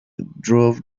drove